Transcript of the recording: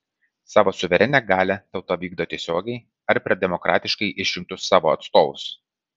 savo suverenią galią tauta vykdo tiesiogiai ar per demokratiškai išrinktus savo atstovus